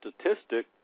statistic